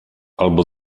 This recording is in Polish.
albo